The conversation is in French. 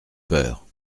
peur